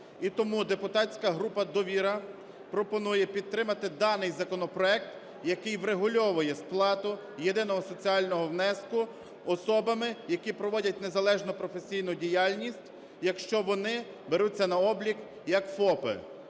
І тому депутатська група "Довіра" пропонує підтримати даний законопроект, який врегульовує сплату єдиного соціального внеску особами, які проводять незалежну професійну діяльність, якщо вони беруться на облік як ФОПи.